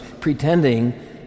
pretending